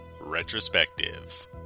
Retrospective